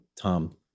Tom